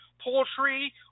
poultry